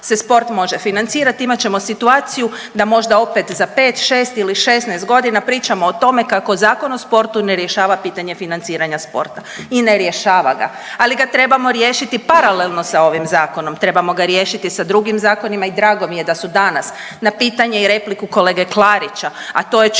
se sport može financirati, imat ćemo situaciju da možda opet za 5, 6 ili 16 godina pričamo o tome kako Zakon o sportu ne rješava pitanje financiranja sporta. I ne rješava ga, ali ga trebamo riješiti paralelno sa ovim Zakonom, trebamo ga riješiti sa drugim zakonima i drago mi je da su danas na pitanje i repliku kolege Klarića, a to je čuo,